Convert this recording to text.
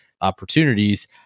opportunities